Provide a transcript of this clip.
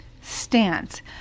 stance